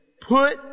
...put